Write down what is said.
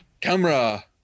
camera